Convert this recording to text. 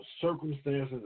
circumstances